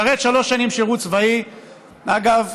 אגב,